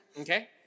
Okay